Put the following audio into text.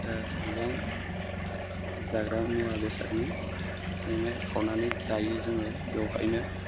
गोबां जाग्रा मुवा बेसादनि संनाय खावनानै जायो जोङो बेयावहायनो